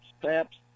steps